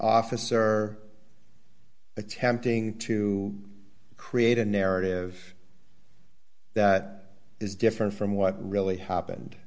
officer attempting to create a narrative that is different from what really happened